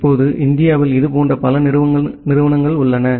இப்போது இந்தியாவில் இதுபோன்ற பல நிறுவனங்கள் உள்ளன